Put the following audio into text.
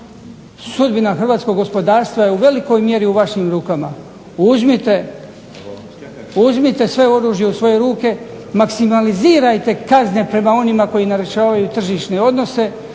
sudbina hrvatskog gospodarstva je u velikoj mjeri u vašim rukama. Uzmite sve oružje u svoje ruke, maksimalizirajte kazne prema onima koji narušavaju tržišne odnose